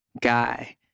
guy